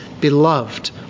beloved